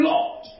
Lord